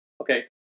Okay